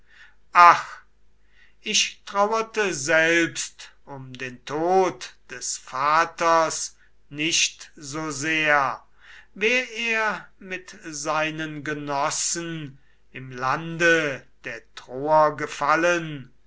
ach ich trauerte selbst um den tod des vaters nicht so sehr wär er mit seinen genossen im lande der troer gefallen